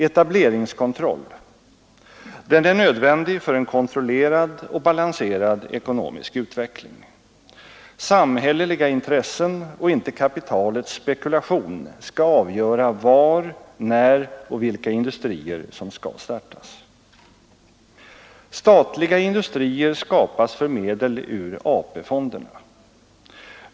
Etableringskontroll. Den är nödvändig för en kontrollerad och balanserad ekonomisk utveckling. Samhälleliga intressen och inte kapitalets spekulation skall avgöra var, när och vilka industrier som skall startas. Statliga industrier skapas för medel ur AP-fonderna.